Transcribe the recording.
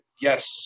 yes